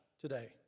today